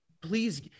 please